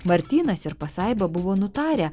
martynas ir pasaiba buvo nutarę